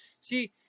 see